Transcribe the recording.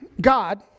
God